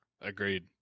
Agreed